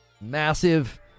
Massive